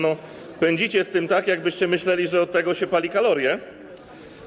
No, pędzicie z tym tak, jakbyście myśleli, że od tego się pali kalorie.